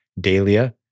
Dahlia